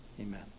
amen